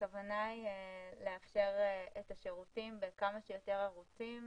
הכוונה היא לאפשר את השירותים בכמה שיותר ערוצים.